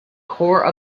core